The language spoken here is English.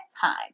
time